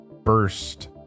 Burst